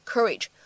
Courage